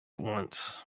once